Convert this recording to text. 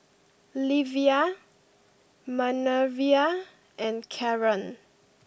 Livia Manervia and Caron